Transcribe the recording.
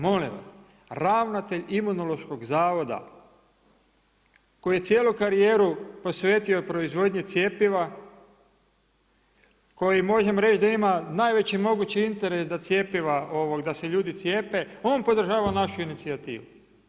Molim vas, ravnatelj imunološkog zavoda koji je cijelu karijeru posvetio proizvodnji cjepiva, koji možemo reći da ima najveći mogući interes da cjepiva, da se ljudi cijepe, on podržava našu inicijativu.